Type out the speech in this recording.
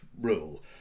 rule